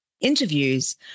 interviews